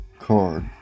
card